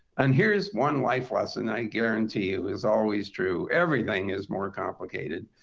and here's one life lesson i guarantee you is always true. everything is more complicated.